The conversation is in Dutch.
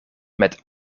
met